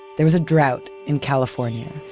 there was a drought in california.